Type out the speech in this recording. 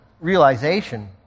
realization